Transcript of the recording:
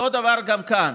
אותו דבר גם כאן,